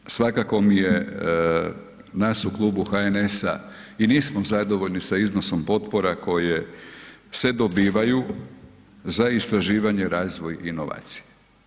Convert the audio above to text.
Ono što svakako mi je nas u klubu HNS-a i nismo zadovoljni sa iznosom potpora koje se dobivaju za istraživanje, razvoj i inovacije.